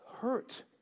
hurt